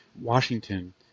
Washington